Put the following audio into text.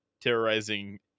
terrorizing